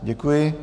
Děkuji.